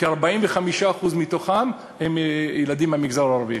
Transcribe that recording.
כ-45% מתוכם הם ילדים מהמגזר הערבי.